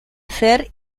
ser